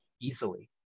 easily